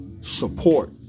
support